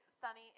Sunny